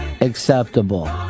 acceptable